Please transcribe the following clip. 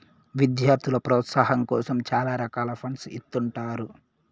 విద్యార్థుల ప్రోత్సాహాం కోసం చాలా రకాల ఫండ్స్ ఇత్తుంటారు